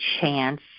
chance